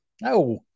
no